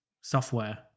software